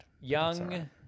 Young